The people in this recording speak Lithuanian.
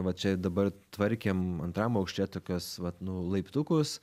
va čia dabar tvarkėm antram aukšte tokias vat nu laiptukus